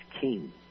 king